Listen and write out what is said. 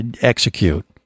execute